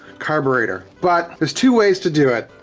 carburetor. but, there's two ways to do it.